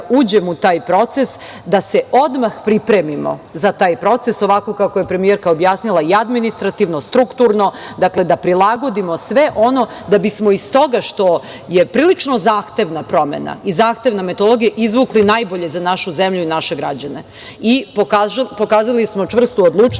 uđem u taj proces da se odmah pripremimo za taj proces ovako kako je premijerka objasnila, administrativno, strukturno, da prilagodimo sve ono da bismo iz toga što je prilično zahtevna promena i zahtevna metodologija izvukli najbolje za našu zemlju i naše građane. Pokazali smo čvrstu odlučnost. Mi